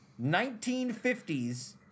1950s